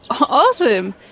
Awesome